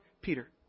Peter